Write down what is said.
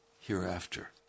hereafter